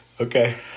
Okay